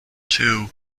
two